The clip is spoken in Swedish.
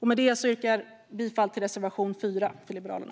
Med detta yrkar jag bifall till reservation 4 från Liberalerna.